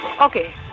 Okay